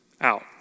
out